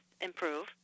improve